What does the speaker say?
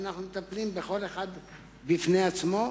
ואנחנו מטפלים בכל אחד בפני עצמו.